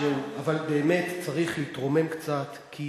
אבל באמת צריך להתרומם קצת, כי